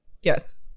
Yes